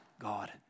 God